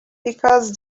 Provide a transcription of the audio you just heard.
because